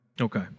Okay